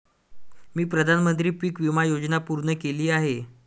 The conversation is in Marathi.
मी प्रधानमंत्री पीक विमा योजना पूर्ण केली आहे